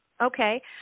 Okay